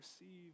receive